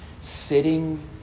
Sitting